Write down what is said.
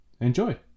Enjoy